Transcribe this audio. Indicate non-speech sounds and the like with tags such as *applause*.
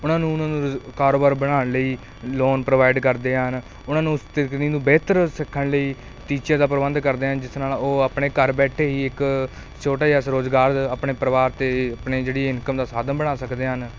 ਉਹਨਾਂ ਨੂੰ ਉਹਨਾਂ ਨੂੰ ਰੁਜ਼ ਕਾਰੋਬਾਰ ਬਣਾਉਣ ਲਈ ਲੋਨ ਪ੍ਰੋਵਾਈਡ ਕਰਦੇ ਹਨ ਉਹਨਾਂ ਨੂੰ *unintelligible* ਬਿਹਤਰ ਸਿੱਖਣ ਲਈ ਟੀਚਰ ਦਾ ਪ੍ਰਬੰਧ ਕਰਦੇ ਹਨ ਜਿਸ ਨਾਲ ਉਹ ਆਪਣੇ ਘਰ ਬੈਠੇ ਹੀ ਇੱਕ ਛੋਟਾ ਜਿਹਾ ਸ ਰੋਜ਼ਗਾਰ ਆਪਣੇ ਪਰਿਵਾਰ ਅਤੇ ਆਪਣੇ ਜਿਹੜੀ ਇਨਕਮ ਦਾ ਸਾਧਨ ਬਣਾ ਸਕਦੇ ਹਨ